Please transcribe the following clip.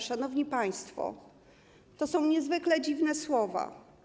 Szanowni państwo, to są niezwykle dziwne słowa.